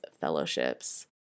fellowships